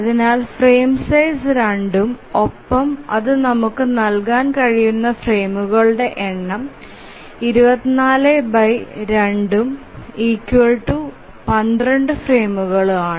അതിനാൽ frame size 2 ഉം ഒപ്പം അത് നമുക്ക് നൽകാൻ കഴിയുന്ന ഫ്രെയിമുകളുടെ എണ്ണം 242 12 ഫ്രെയിമുകളാണ്